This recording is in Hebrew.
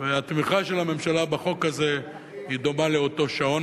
והתמיכה של הממשלה בחוק הזה דומה לאותו שעון.